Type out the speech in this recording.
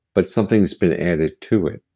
but something's been added to it.